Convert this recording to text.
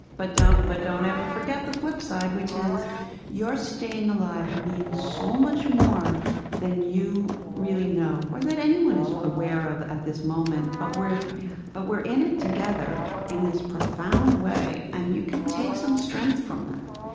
but but don't ever forget the flip side, which is your staying alive means so much more than you really know, or that anyone is aware of at this moment. but we're but we're in it together in this profound way, and you can take some strength from that.